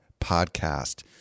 Podcast